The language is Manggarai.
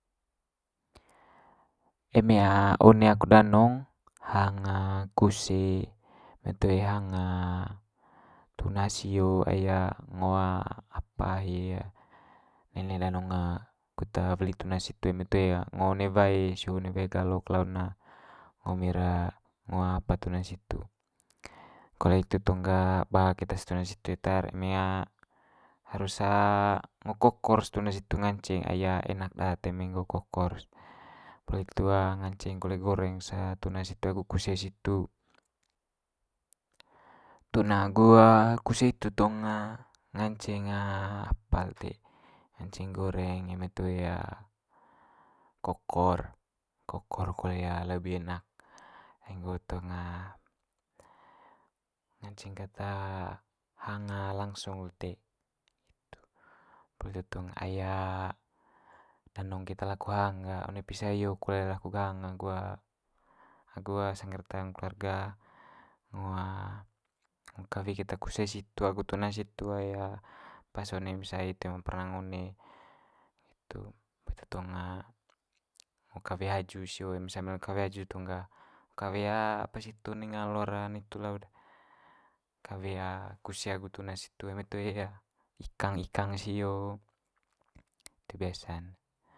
Eme one aku danong hang kuse eme toe hang tuna sio ai ngo apa hi nene danong kut weli tuna situ eme toe ngo one wae sio ngo one wae galok lau'n ngo emi'r ngo apa tuna situ. Kole itu tong ga ba keta's tuna situ eta'r eme harus ngo kokor's tuna situ ngance, ai enak daat eme nggo kokor's. Poli hitu nganceng kole goreng's tuna situ agu kuse situ. Tuna agu kuse situ tong nganceng apa lite nganceng goreng eme toe kokor, kokor kole lebi enak ai nggo tong nganceng kat hang langsung lite, itu. Poli itu tong ai danong keta laku hang ga one pisa hio kole laku ghang agu sangge'r taung keluarga, ngo ngo kawe keta kuse situ agu tuna situ ai pas one pisa itu toe ma perna ngo one, nggitu. Poli itu tong ngo kawe haju sio ngo kawe haju tong ga kawe apa situ one ngalor nitu lau'r kawe kuse agu tuna situ, eme toe gah ikang ikang sio itu biasa'n.